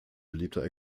beliebter